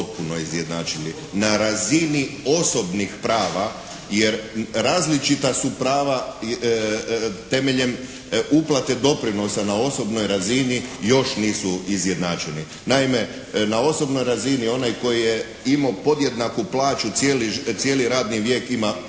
na razini osobnih prava jer različita su prava temeljem uplate doprinosa na osobnoj razini još nisu izjednačeni. Naime na osobnoj razini onaj koji je imao podjednaku plaću cijeli radni vijek ima,